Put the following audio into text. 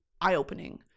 eye-opening